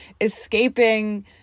escaping